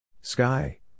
Sky